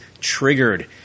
triggered